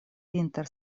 inter